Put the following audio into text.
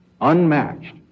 unmatched